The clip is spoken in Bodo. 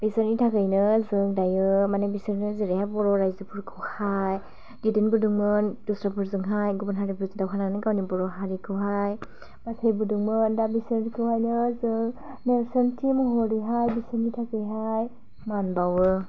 बिसोरनि थाखायनो जों दायो माने बिसोरो जेरैहाय बर' रायजोफोरखौ हाय दैदेन बोदोंमोन दस्रा हारिजों हाय गुबुन हारिफोरजों दावहा नांनानै गावनि बर' हारिखौहाय बाहायबोदोंमोन दा बिसोरखौ हायनो जों नेरसोनथि महरै हाय बिसोरनि थाखाय हाय मान बावो